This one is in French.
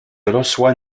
reçoit